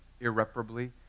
irreparably